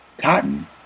Cotton